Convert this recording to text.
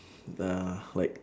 uh like